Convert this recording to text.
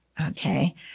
okay